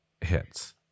hits